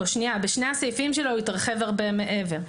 בשני הסעיפים שלו הוא התרחב הרבה מעבר.